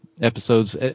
episodes